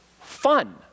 fun